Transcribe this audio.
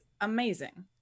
amazing